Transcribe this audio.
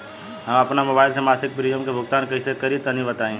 हम आपन मोबाइल से मासिक प्रीमियम के भुगतान कइसे करि तनि बताई?